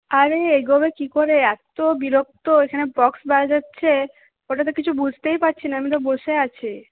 আরে এগোবে কি করে এতো বিরক্ত এখানে বক্স বাজাচ্ছে ওটা তো কিছু বুঝতেই পারছি না আমি তো বসে আছি